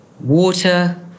water